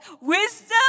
Wisdom